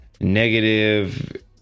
negative